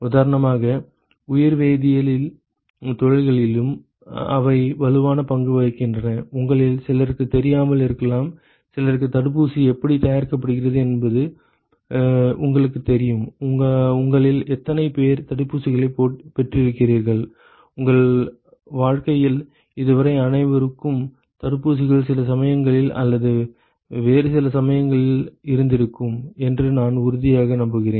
உதாரணமாக உயிர்வேதியியல் தொழில்களிலும் அவை வலுவான பங்கு வகிக்கின்றன உங்களில் சிலருக்குத் தெரியாமல் இருக்கலாம் சிலருக்கு தடுப்பூசி எப்படித் தயாரிக்கப்படுகிறது என்பது உங்களுக்குத் தெரியும் உங்களில் எத்தனை பேர் தடுப்பூசிகளைப் பெற்றிருக்கிறீர்கள் உங்கள் வாழ்க்கையில் இதுவரை அனைவருக்கும் தடுப்பூசிகள் சில சமயங்களில் அல்லது வேறு சில சமயங்களில் இருந்திருக்கும் என்று நான் உறுதியாக நம்புகிறேன்